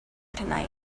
tonight